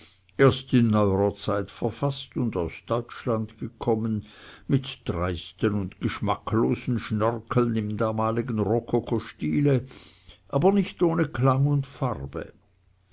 erst in neuerer zeit verfaßt und aus deutschland gekommen mit dreisten und geschmacklosen schnörkeln im damaligen rokokostile aber nicht ohne klang und farbe